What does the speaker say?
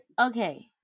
Okay